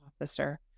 officer